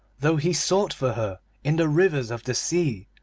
though he sought for her in the rivers of the sea,